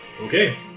Okay